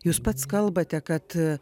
jūs pats kalbate kad